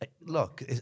Look